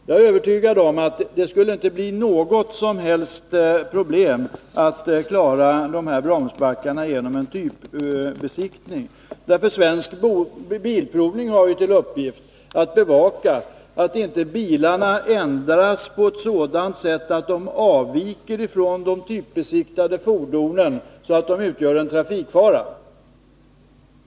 Jag är övertygad om att det inte skulle bli något som helst problem att klara dessa bromsbackar genom en typbesiktning, ty AB Svensk Bilprovning har ju till uppgift att bevaka att bilarna inte ändras på sådant sätt att de avviker från de typbesiktigade fordonen så att de utgör en trafikfara.